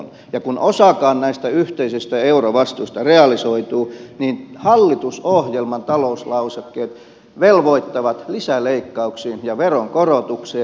ja kun osakin näistä yhteisistä eurovastuista realisoituu niin hallitusohjelman talouslausekkeet velvoittavat lisäleikkauksiin ja veronkorotuksiin